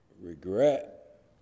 regret